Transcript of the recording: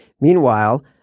Meanwhile